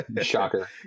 shocker